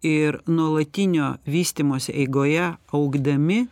ir nuolatinio vystymosi eigoje augdami